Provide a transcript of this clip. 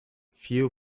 few